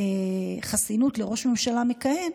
חסינות לראש ממשלה מכהן,